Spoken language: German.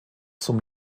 zum